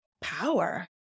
power